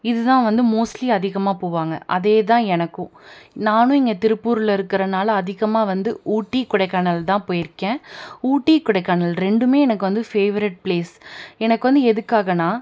இதுதான் வந்து மோஸ்ட்லி அதிகமாக போவாங்க அதேதான் எனக்கும் நானும் இங்கே திருப்பூரில் இருக்கறதுனால அதிகமாக வந்து ஊட்டி கொடைக்கானல்தான் போயிருக்கேன் ஊட்டி கொடைக்கானல் ரெண்டுமே எனக்கு வந்து ஃபேவரெட் பிளேஸ் எனக்கு வந்து எதுக்காகன்னால்